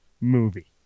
movie